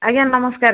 ଆଜ୍ଞା ନମସ୍କାର